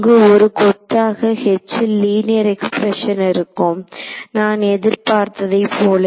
அங்கு ஒரு கொத்தாக H ல் லீனியர் எக்ஸ்பிரஷன் இருக்கும் நான் எதிர்பார்த்ததை போல